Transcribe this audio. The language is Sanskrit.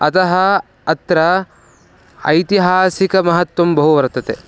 अतः अत्र ऐतिहासिकमहत्त्वं बहु वर्तते